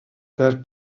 der